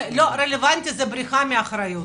זה לא רלוונטי, זו בריחה מאחריות.